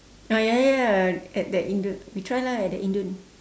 ah ya ya at the indo we try lah at the indon